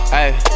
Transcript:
Hey